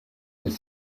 elles